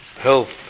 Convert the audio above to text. health